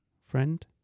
friend